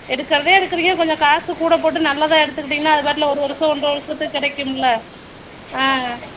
எடுக்கிறதே எடுக்குறீங்க கொஞ்சம் காசு கூட போட்டு நல்லதா எடுத்துக்கிட்டிங்கன்னால் அதுபாட்டலே ஒரு வருஷம் ஒன்றரை வருஷத்துக்கு கிடைக்கும்ல ஆ